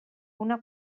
una